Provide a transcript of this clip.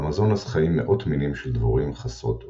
באמזונס חיים מאות מינים של דבורים חסרות עוקץ.